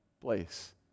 place